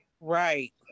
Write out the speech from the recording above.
right